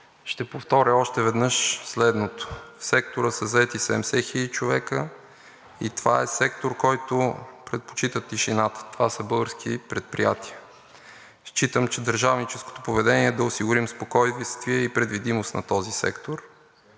ще повторя следното. В сектора са заети 70 хиляди човека. Това е сектор, който предпочита тишината. Това са български предприятия. Считам, че е държавническо поведение да осигурим спокойствие и предвидимост на този сектор,